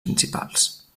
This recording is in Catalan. principals